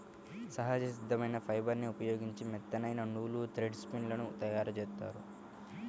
సహజ సిద్ధమైన ఫైబర్ని ఉపయోగించి మెత్తనైన నూలు, థ్రెడ్ స్పిన్ లను తయ్యారుజేత్తారు